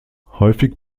häufig